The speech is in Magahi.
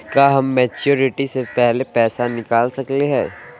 का हम मैच्योरिटी से पहले पैसा निकाल सकली हई?